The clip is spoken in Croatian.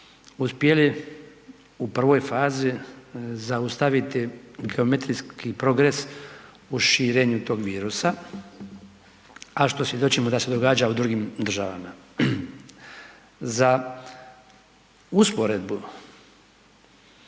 uspjeli u prvoj fazi zaustaviti geometrijski progres u širenju tog virusa, a što svjedočimo da se događa u drugim državama. Za usporedbu